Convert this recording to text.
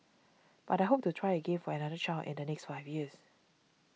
but I hope to try again for another child in the next five years